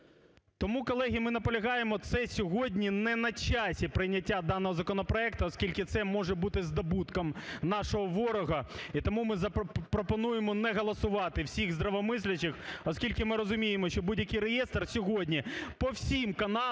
Тому, колеги, ми наполягаємо, це сьогодні не на часі прийняття даного законопроекту, оскільки це може бути здобутком нашого ворога. І тому ми пропонуємо не голосувати всіх здравомислячих, оскільки ми розуміємо, що будь-який реєстр сьогодні по всім каналам